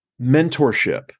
mentorship